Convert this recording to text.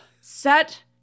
Set